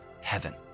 Heaven